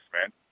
man